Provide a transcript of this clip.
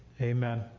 Amen